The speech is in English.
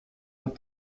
with